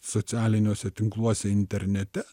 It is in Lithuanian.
socialiniuose tinkluose internete